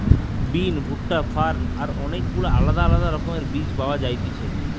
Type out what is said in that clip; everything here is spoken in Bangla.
বিন, ভুট্টা, ফার্ন আর অনেক গুলা আলদা আলদা রকমের বীজ পাওয়া যায়তিছে